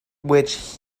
which